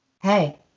Hey